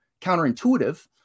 counterintuitive